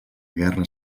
guerra